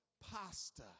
pasta